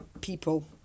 people